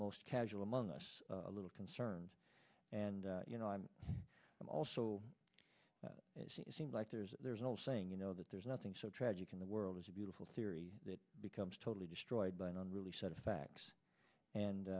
most casual among us a little concerned and you know i'm i'm also seems like there's there's an old saying you know that there's nothing so tragic in the world as a beautiful theory that becomes totally destroyed but i don't really set of facts and